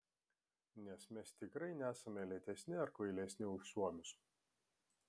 nes mes tikrai nesame lėtesni ar kvailesni už suomius